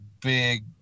big